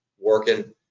working